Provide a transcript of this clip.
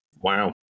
Wow